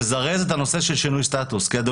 לזרז את הנושא של שינוי סטטוס.